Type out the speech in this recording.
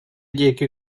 диэки